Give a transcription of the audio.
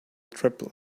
triple